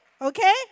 okay